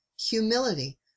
humility